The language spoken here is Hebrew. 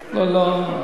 לא, לא.